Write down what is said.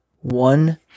one